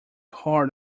hard